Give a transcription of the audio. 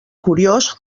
curiós